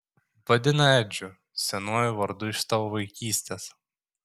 vadina edžiu senuoju vardu iš tavo vaikystės